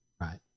Right